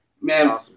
man